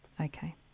Okay